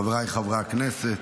חבריי חברי הכנסת,